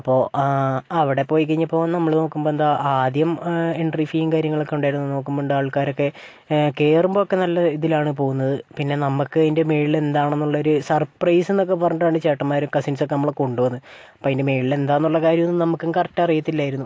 അപ്പോൾ അവിടെ പോയി കഴിഞ്ഞപ്പോൾ നമ്മൾ നോക്കുമ്പോൾ എന്താ ആദ്യം എൻട്രി ഫീ കാര്യങ്ങളൊക്കേ ഉണ്ടായിരുന്നു നോക്കുമ്പോൾ ഉണ്ട് ആൾക്കാരൊക്കേ കയറുമ്പോഴൊക്കേ നല്ല ഇതിലാണ് പോകുന്നത് പിന്നേ നമുക്ക് ഇതിൻ്റെ മുകളിൽ എന്താണെന്നുള്ളൊരു സർപ്രൈസെന്നൊക്കേ പറഞ്ഞിട്ടാണ് ചേട്ടന്മാരും കസിൻസൊക്കേ നമ്മളെ കൊണ്ടുപോകുന്നത് അപ്പോൾ അതിൻ്റെ മുകളിൽ എന്താണെന്നുള്ള കാര്യമൊന്നും നമുക്കും കറക്റ്റ് അറിയത്തില്ലായിരുന്നു